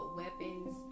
weapons